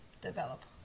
develop